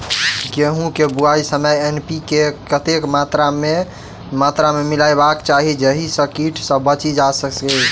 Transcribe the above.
गेंहूँ केँ बुआई समय एन.पी.के कतेक मात्रा मे मिलायबाक चाहि जाहि सँ कीट सँ बचि सकी?